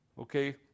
Okay